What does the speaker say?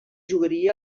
jugaria